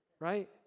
right